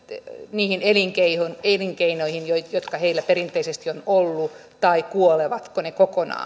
niihin elinkeinoihin jotka heillä perinteisesti on ollut vai kuolevatko ne kokonaan